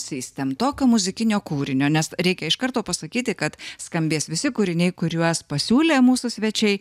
system tokio muzikinio kūrinio nes reikia iš karto pasakyti kad skambės visi kūriniai kuriuos pasiūlė mūsų svečiai